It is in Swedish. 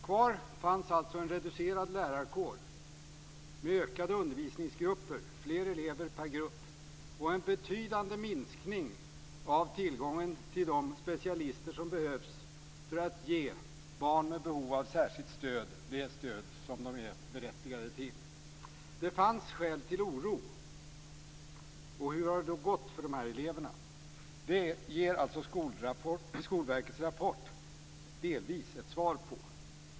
Kvar fanns alltså en reducerad lärarkår med ökade undervisningsgrupper, fler elever per grupp och en betydande minskning av tillgången till de specialister som behövs för att ge barn med behov av särskilt stöd det stöd som de är berättigade till. Det fanns skäl till oro. Hur har det då gått för dessa elever? Det ger Skolverkets rapport delvis ett svar på.